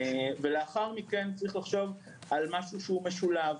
לאחר מכן צריך לחשוב על משהו משולב.